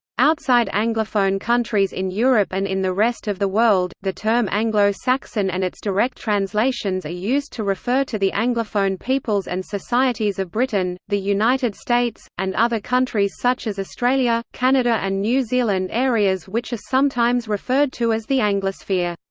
outside anglophone countries in europe and in the rest of the world, the term anglo-saxon and its direct translations are used to refer to the anglophone peoples and societies of britain, the united states, and other countries such as australia, canada and new zealand-areas which are sometimes referred to as the anglosphere.